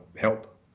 help